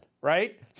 right